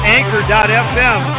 Anchor.fm